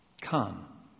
come